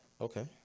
Okay